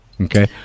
Okay